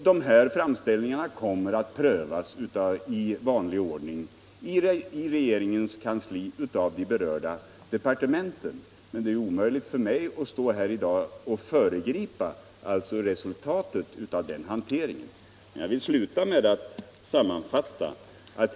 Dessa framställningar kommer att prövas i vanlig ordning i regeringens kansli av de berörda departementen. Men det är omöjligt för mig att stå här i dag och föregripa resultatet av den hanteringen. Jag vill sluta med att sammanfatta.